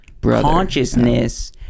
consciousness